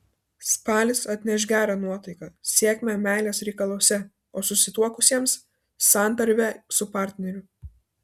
spalis atneš gerą nuotaiką sėkmę meilės reikaluose o susituokusiems santarvę su partneriu